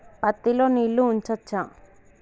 పత్తి లో నీళ్లు ఉంచచ్చా?